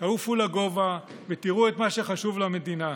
תעופו לגובה ותראו את מה שחשוב למדינה.